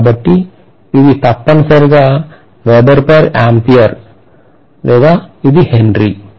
కాబట్టి ఇది తప్పనిసరిగా వెబెర్ పర్ ఆంపియర్ ఇది హెన్రీ